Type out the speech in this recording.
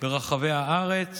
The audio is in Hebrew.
ברחבי הארץ